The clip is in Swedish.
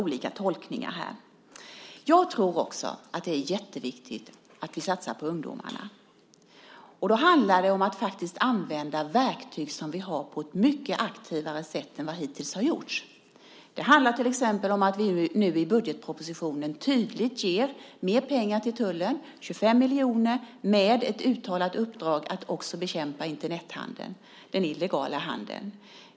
Det förekom lite olika tolkningar här. Jag tror också att det är jätteviktigt att vi satsar på ungdomarna. Då handlar det om att använda verktyg som vi har på ett mycket mer aktivt sätt än vad som hittills har gjorts. Det handlar till exempel om att vi nu i budgetpropositionen tydligt ger mer pengar till tullen, 25 miljoner, med ett uttalat uppdrag att också bekämpa Internethandeln, den illegala handeln.